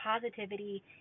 positivity